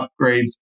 upgrades